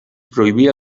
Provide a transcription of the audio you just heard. prohibia